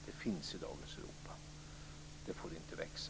Det finns i dagens Europa. Det får inte växa.